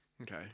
Okay